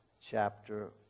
chapter